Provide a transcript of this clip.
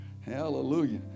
Hallelujah